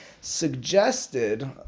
suggested